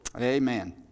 Amen